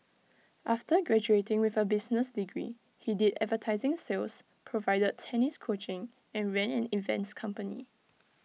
after graduating with A business degree he did advertising sales provided tennis coaching and ran an events company